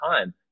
time